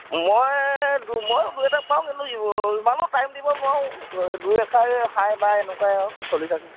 মই মইও দুই এটাক পাওঁ কিন্তু ইমানো টাইম দিব নোৱাৰো দুই এষাৰ হাই বাই এনেকুৱাই আৰু চলি থাকে